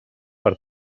per